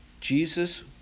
Jesus